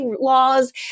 laws